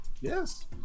yes